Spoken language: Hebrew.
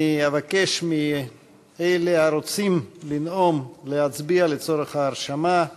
אני אבקש מאלה הרוצים לנאום להצביע לצורך ההרשמה.